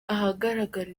ahagaragara